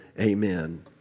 amen